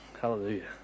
Hallelujah